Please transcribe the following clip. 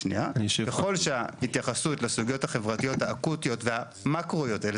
ככל שההתייחסות לסוגיות החברתיות האקוטיות והמקרו האלה,